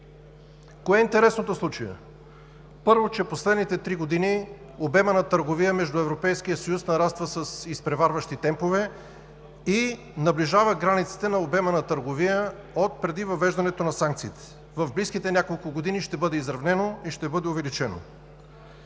Кое е интересното в случая? Първо, че в последните три години обемът на търговия между Европейския съюз нараства с изпреварващи темпове и наближава границите на обема на търговия отпреди въвеждането на санкциите. В близките няколко години ще бъде изравнено и ще бъде увеличено.